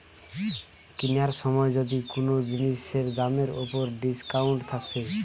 কিনার সময় যদি কুনো জিনিসের দামের উপর ডিসকাউন্ট থাকছে